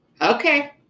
Okay